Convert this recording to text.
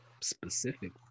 specific